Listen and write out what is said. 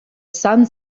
son